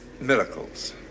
miracles